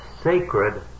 sacred